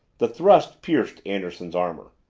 the thrust pierced anderson's armor.